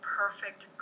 perfect